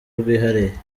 rwihariye